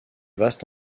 vaste